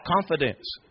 confidence